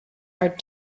our